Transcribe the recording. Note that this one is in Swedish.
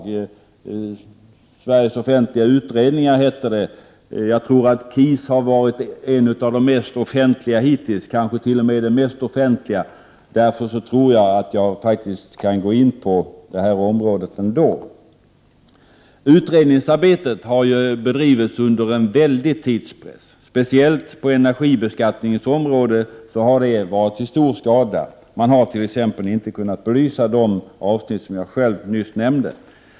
Man brukar ju tala om Sveriges offentliga utredningar, och jag tror att KIS har varit en av de mest offentliga hittills, kanske t.o.m. den mest offentliga, och därför tror jag faktiskt att jag ändå kan gå in på detta område. Utredningsarbetet har bedrivits under mycket stor tidspress. Speciellt på energibeskattningens område har detta varit till stor skada. Man har t.ex. inte kunnat belysa de områden som jag nyss nämnde.